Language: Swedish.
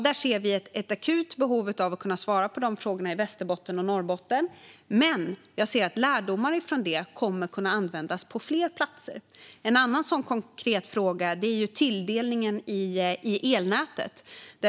Vi ser ett akut behov av att kunna svara på de frågorna i Västerbotten och Norrbotten. Men jag ser att lärdomar från detta kommer att kunna användas på fler platser. En annan sådan konkret fråga är tilldelningen i elnätet.